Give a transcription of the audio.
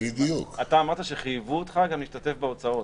אמרת שחייבו אותך גם להשתתף בהוצאות.